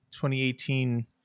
2018